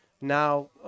now